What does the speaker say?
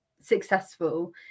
successful